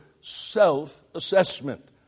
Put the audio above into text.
self-assessment